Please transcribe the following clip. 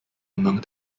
among